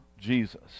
Jesus